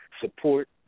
support